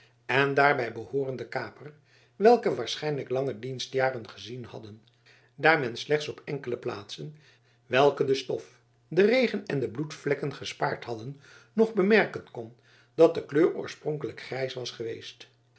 en daarbij behoorende kaper welke waarschijnlijk lange dienstjaren gezien hadden daar men slechts op enkele plaatsen welke de stof de regen en de bloedvlekken gespaard hadden nog bemerken kon dat de kleur oorspronkelijk grijs was geweest